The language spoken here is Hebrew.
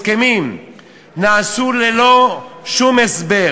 דברים נעשו ללא שום הסבר,